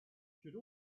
should